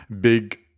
big